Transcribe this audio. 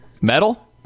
metal